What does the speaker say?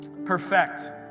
Perfect